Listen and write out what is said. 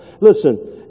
Listen